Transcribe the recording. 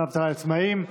דמי אבטלה לעצמאים),